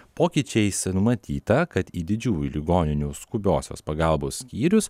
pokyčiais numatyta kad į didžiųjų ligoninių skubiosios pagalbos skyrius